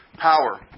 Power